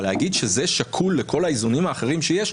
אבל להגיד שזה שקול לכל האיזונים האחרים שיש,